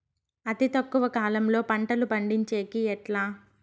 అతి తక్కువ కాలంలో పంటలు పండించేకి ఎట్లా?